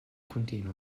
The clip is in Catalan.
continu